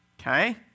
Okay